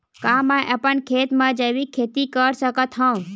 का मैं अपन खेत म जैविक खेती कर सकत हंव?